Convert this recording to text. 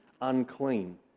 unclean